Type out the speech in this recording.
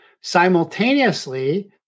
simultaneously